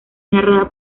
narrada